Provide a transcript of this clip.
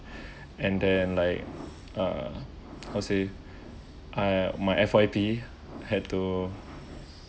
and then like uh how to say uh my F_Y_P had to